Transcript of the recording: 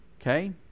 okay